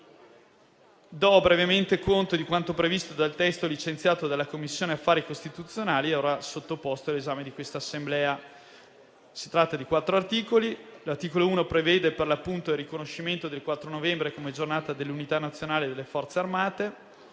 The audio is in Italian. Do brevemente conto di quanto previsto dal testo licenziato dalla Commissione affari costituzionali e ora sottoposto all'esame di questa Assemblea. Si tratta di quattro articoli. L'articolo 1 prevede per l'appunto il riconoscimento del 4 novembre come Giornata dell'Unità nazionale e delle Forze armate.